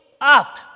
up